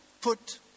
put